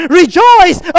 rejoice